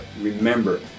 Remember